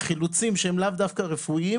חילוצים שהם לאו דווקא רפואיים,